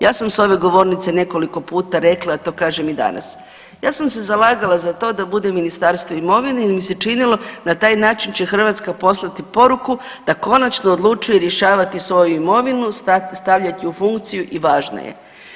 Ja sam s ove govornice nekoliko puta rekla, a to kažem i danas, ja sam se zalagala za to da bude Ministarstvo imovine jer mi se činilo na taj način će Hrvatska poslati poruku da konačno odlučuje rješavati svoju imovinu, stavljat ju u funkciju i važna je.